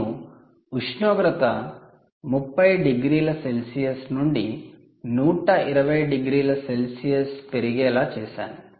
నేను ఉష్ణోగ్రత 30 డిగ్రీల సెల్సియస్ నుండి 120 డిగ్రీల సెల్సియస్కు పెరిగేలా చేశాను